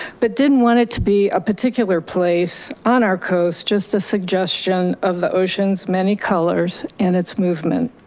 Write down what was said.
but didn't want it to be a particular place on our coast, just a suggestion of the ocean's many colors and its movement.